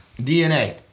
DNA